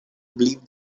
believe